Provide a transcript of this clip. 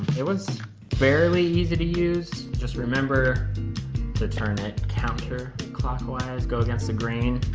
it was fairly easy to use just remember the turn it counter clockwise, go against the grain